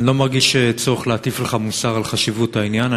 אני לא מרגיש צורך להטיף לך מוסר על חשיבות העניין.